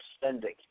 spending